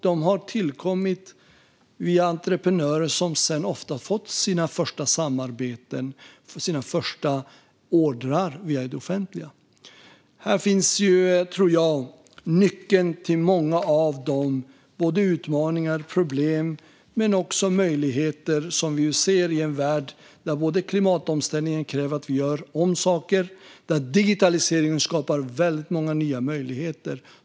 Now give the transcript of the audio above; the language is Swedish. De har tillkommit via entreprenörer som ofta har fått sina första samarbeten och sina första order via det offentliga. Här finns, tror jag, nyckeln till många av de utmaningar och problem men också möjligheter som vi ser i en värld där klimatomställningen kräver att vi gör om saker och digitaliseringen skapar väldigt många nya möjligheter.